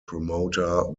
promoter